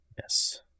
Yes